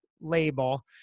label